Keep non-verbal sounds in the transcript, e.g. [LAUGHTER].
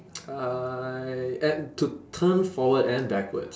[NOISE] I at to turn forward and backwards